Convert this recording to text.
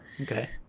Okay